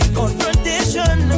confrontation